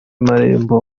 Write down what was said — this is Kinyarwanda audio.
marembo